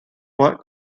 moi